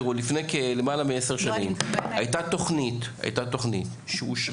תיראו, לפני למעלה מעשר שנים הייתה תוכנית שאושרה,